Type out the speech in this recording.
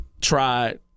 tried